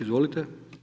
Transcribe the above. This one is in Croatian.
Izvolite.